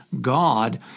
God